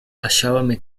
hallábame